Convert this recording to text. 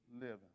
living